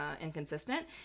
inconsistent